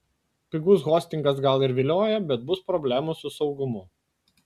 pigus hostingas gal ir vilioja bet bus problemų su saugumu